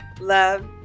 love